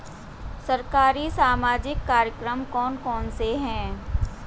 सरकारी सामाजिक कार्यक्रम कौन कौन से हैं?